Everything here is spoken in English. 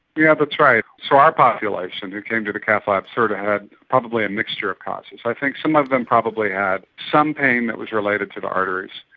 yeah that's right. so our population who came to the cath lab sort of had probably a mixture of causes. i think some of them probably had some pain that was related to the arteries,